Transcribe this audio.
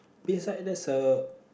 beside that's a